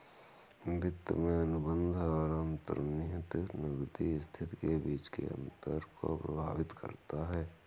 वित्त में अनुबंध और अंतर्निहित नकदी स्थिति के बीच के अंतर को प्रभावित करता है